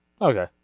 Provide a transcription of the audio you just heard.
okay